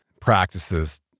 practices